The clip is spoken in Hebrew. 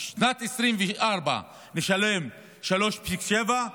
בשנת 2024 נשלם 3.7,